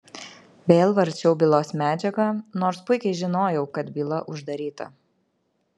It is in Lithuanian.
vėl varčiau bylos medžiagą nors puikiai žinojau kad byla uždaryta